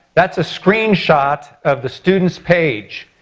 that's a screen shot of the student's page.